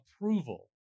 approval